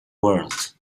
world